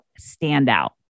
standout